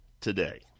today